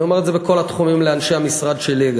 אני אומר את זה בכל התחומים גם לאנשי המשרד שלי.